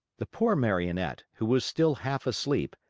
the poor marionette, who was still half asleep,